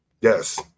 Yes